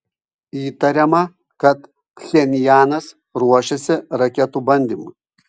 įtariama kad pchenjanas ruošiasi raketų bandymui